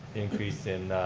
increase in